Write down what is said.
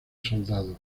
soldado